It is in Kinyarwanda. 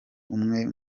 umwe